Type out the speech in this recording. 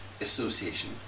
association